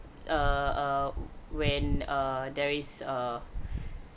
err err when err there is err